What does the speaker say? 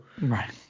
Right